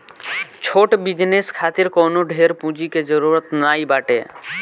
छोट बिजनेस खातिर कवनो ढेर पूंजी के जरुरत नाइ बाटे